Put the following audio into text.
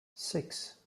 six